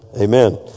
Amen